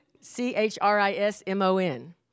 C-H-R-I-S-M-O-N